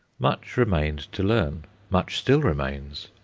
much remained to learn much still remains.